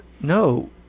no